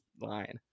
line